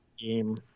game